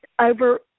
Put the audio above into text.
Over